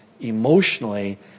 emotionally